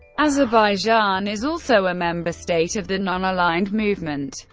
azerbaijan is also a member state of the non-aligned movement,